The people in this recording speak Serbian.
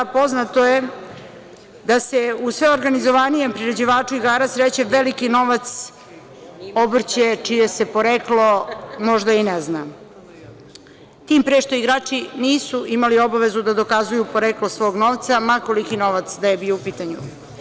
Poznato je da se u sve organizovanijem priređivaču igara sreće veliki novac, obrće, čije se poreklo možda i ne zna, tim pre što igrači nisu imali obavezu da dokazuju poreklo svog novca, ma koliki novac da je u pitanju.